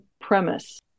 premise